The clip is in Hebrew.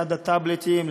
ליד הטאבלטים,